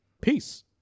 peace